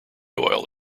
oil